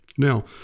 Now